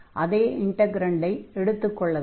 அதே இன்டக்ரன்டை எடுத்துக் கொள்ள வேண்டும்